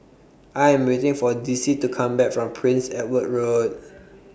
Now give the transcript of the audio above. I Am waiting For Dicie to Come Back from Prince Edward Road